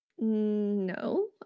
no